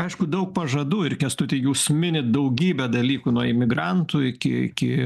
aišku daug pažadų ir kęstuti jūs minit daugybę dalykų nuo imigrantų iki iki